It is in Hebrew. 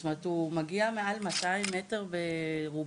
זאת אומרת, הוא מגיע מעל 200 מטר ברובו